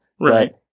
right